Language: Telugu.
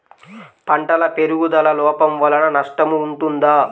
పంటల పెరుగుదల లోపం వలన నష్టము ఉంటుందా?